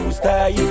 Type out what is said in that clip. stay